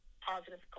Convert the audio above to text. positive